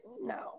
no